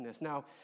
Now